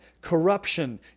corruption